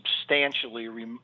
substantially